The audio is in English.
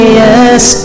yes